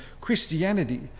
Christianity